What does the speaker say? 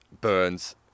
Burns